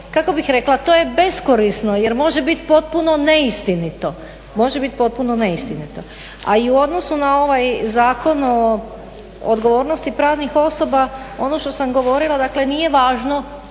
kako bih rekla to je beskorisno jer može biti potpuno neistinito. A i u odnosu na ovaj Zakon o odgovornosti pravnih osoba ono što sam govorila dakle nije važno